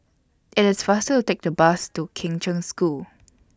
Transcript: IT IS faster to Take The Bus to Kheng Cheng School